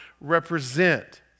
represent